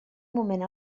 moment